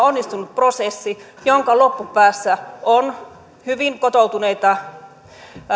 onnistunut prosessi jonka loppupäässä on hyvin kotoutuneita